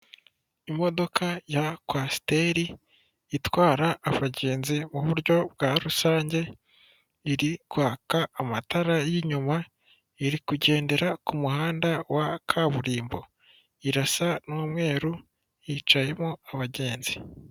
Imodoka ya kwasiteri itwara abagenzi muburyo bwa rusange iri kwaka amatara y'inyuma irikugendera ku muhanda wa kaburimbo irasa n'umweru yicayemo abagenzi.